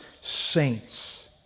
saints